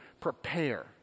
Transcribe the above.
prepare